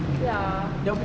ya